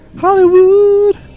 Hollywood